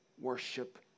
worship